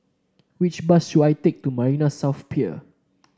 which bus should I take to Marina South Pier